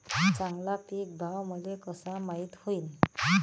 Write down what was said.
चांगला पीक भाव मले कसा माइत होईन?